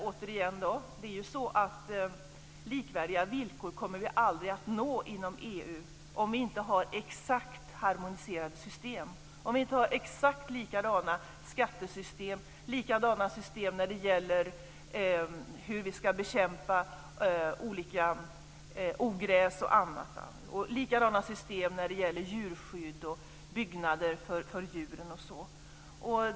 Återigen: Likvärdiga villkor kommer vi aldrig att nå inom EU om vi inte har exakt harmoniserade system, exakt likadana skattesystem, likadana system för bekämpning av olika ogräs och annat, likadana system för djurskydd och byggnader för djur, osv.